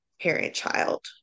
parent-child